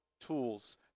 tools